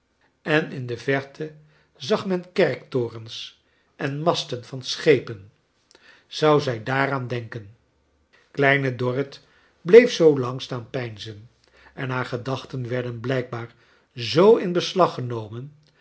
en in de verte zag men kerktorens en masten van schepen zou zij daaraan denken kleine dorrit bleef zoo lang staan peinzen en haar gedachten werden blijkbaar zoo in beslag genomen